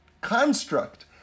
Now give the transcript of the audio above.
construct